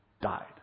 died